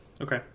Okay